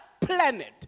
planet